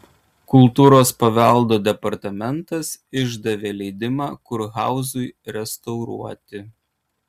kultūros paveldo departamentas išdavė leidimą kurhauzui restauruoti